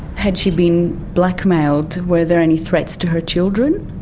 had she been blackmailed? were there any threats to her children?